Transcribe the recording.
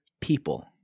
people